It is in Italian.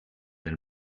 del